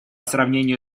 сравнению